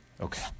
Okay